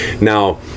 Now